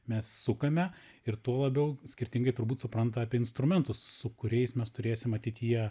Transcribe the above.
mes sukame ir tuo labiau skirtingai turbūt supranta apie instrumentus su kuriais mes turėsim ateityje